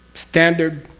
standard